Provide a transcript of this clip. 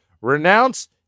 renounce